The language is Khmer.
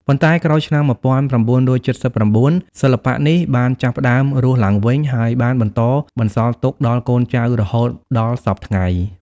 ប៉ុន្តែក្រោយឆ្នាំ១៩៧៩ សិល្បៈនេះបានចាប់ផ្ដើមរស់ឡើងវិញ ហើយបានបន្តបន្សល់ទុកដល់កូនចៅរហូតដល់សព្វថ្ងៃ។